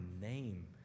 name